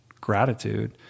gratitude